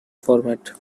format